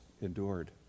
endured